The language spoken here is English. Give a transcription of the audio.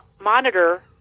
monitor